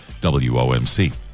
WOMC